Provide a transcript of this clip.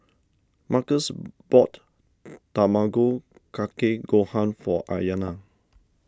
Markus bought Tamago Kake Gohan for Ayanna